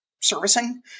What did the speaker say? servicing